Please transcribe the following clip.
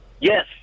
Yes